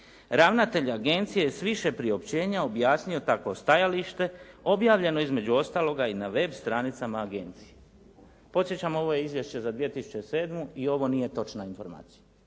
Ravnatelj agencije je s više priopćenja objasnio takvo stajalište objavljeno između ostaloga i na web stranicama agencijama. Podsjećam, ovo je izvješće za 2007. i ovo nije točna informacija,